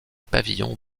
pavillons